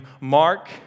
Mark